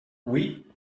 oui